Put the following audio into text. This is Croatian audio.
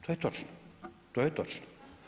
To je točno, to je točno.